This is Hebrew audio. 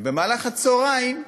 במהלך הצהריים,